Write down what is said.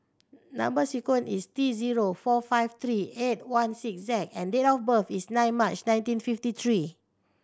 number sequence is T zero four five three eight one six Z and date of birth is nine March nineteen fifty three